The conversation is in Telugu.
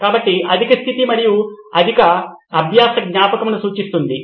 కాబట్టి అధిక స్థితి అధిక అభ్యాస జ్ఞాపకంను సూచిస్తుంది